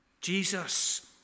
Jesus